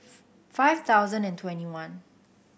five thousand and twenty one